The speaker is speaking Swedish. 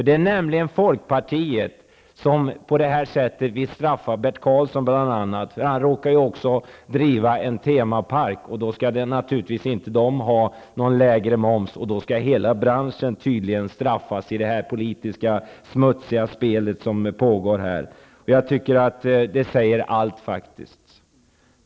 Det är nämligen folkpartiet som på detta sätt vill straffa bl.a. Bert Karlsson, som råkar driva en temapark -- den skall inte ha lägre moms. Tydligen skall hela branschen straffas i det smutsiga politiska spel som pågår. Det säger allt.